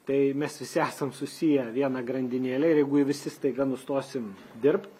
tai mes visi esam susiję viena grandinėle ir jeigu visi staiga nustosim dirbt